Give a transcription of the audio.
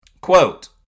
Quote